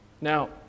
Now